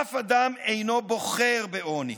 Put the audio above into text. אף אדם אינו בוחר בעוני.